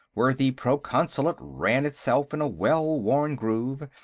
where the proconsulate ran itself in a well-worn groove,